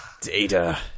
Data